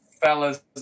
Fellas